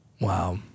Wow